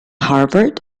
harvard